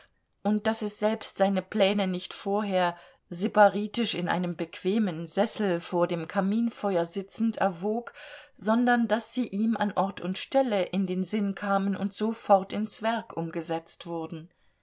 und daß es selbst seine pläne nicht vorher sybaritisch in einem bequemen sessel vor dem kaminfeuer sitzend erwog sondern daß sie ihm an ort und stelle in den sinn kamen und sofort ins werk umgesetzt wurden